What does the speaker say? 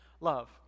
love